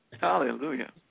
Hallelujah